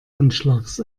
anschlags